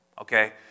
okay